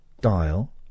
Dial